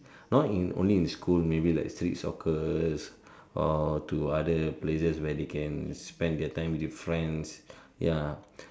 not in only in school but maybe like street soccers or to other places where they can spend their time with friends ya